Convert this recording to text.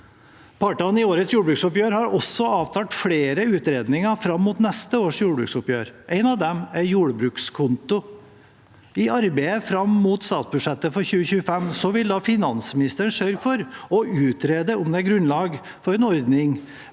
Partene i årets jordbruksoppgjør har også avtalt flere utredninger fram mot neste års jordbruksoppgjør. En av dem er jordbrukskonto. I arbeidet fram mot statsbudsjettet for 2025 vil finansministeren sørge for å utrede om det er grunnlag for en ordning